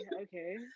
Okay